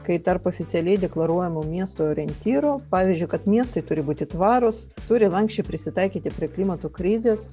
kai tarp oficialiai deklaruojamų miesto orientyrų pavyzdžiui kad miestai turi būti tvarūs turi lanksčiai prisitaikyti prie klimato krizės